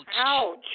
Ouch